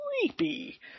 creepy